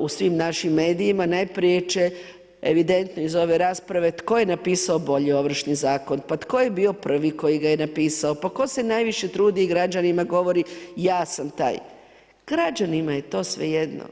u svim našim medijima, najprije će evidentno iz ove rasprave tko je napisao bolji ovršni zakon, pa tko je bio prvi koji ga je napisao, pa tko se najviše trudi i građanima govori ja sam taj građanima je to svejedno.